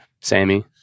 sammy